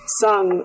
sung